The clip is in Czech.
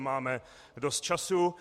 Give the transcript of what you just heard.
Máme dost času.